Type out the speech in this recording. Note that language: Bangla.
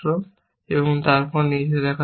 তারপর আপনি নিচে রাখা c